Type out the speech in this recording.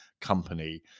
company